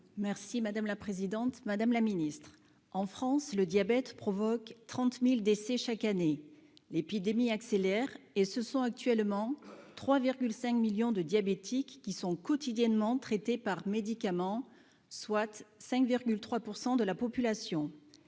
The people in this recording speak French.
Merci madame la présidente, madame la Ministre, en France, le diabète provoque 30000 décès chaque année, l'épidémie accélère et se sont actuellement 3 5 millions de diabétiques qui sont quotidiennement traitées par médicaments, soit 5,3 % de la population